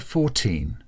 Fourteen